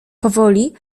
powoli